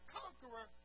conqueror